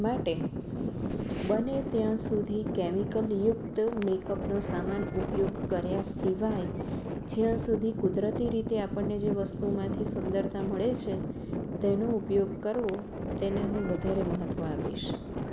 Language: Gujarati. માટે બને ત્યાં સુધી કેમિકલયુક્ત મેકઅપનો સામાન ઉપયોગ કર્યા સિવાય જ્યાં સુધી કુદરતી રીતે આપણને જે વસ્તુમાંથી સુંદરતા મળે છે તેનો ઉપયોગ કરવો તેને હું વધારે મહત્ત્વ આપીશ